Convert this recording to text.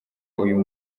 uyu